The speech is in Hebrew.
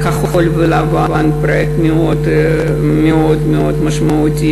"כחול ולבן" פרויקט מאוד מאוד משמעותי